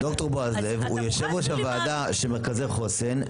ד"ר בעז לב, הוא יושב ראש הוועדה של מרכזי חוסן.